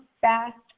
fast